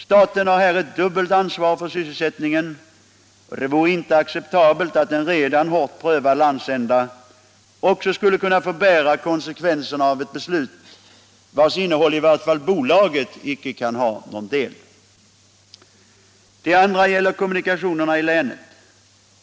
Staten har här ett dubbelt ansvar för sysselsättningen, och det vore inte acceptabelt att en redan hårt prövad landsända också skulle kunna få bära konsekvenserna av ett beslut i vars innehåll i vart fall bolaget icke kan ha någon del. Den andra gäller kommunikationerna i länet.